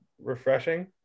refreshing